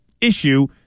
issue